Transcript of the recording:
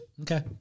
Okay